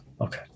Okay